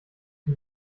die